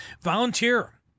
Volunteer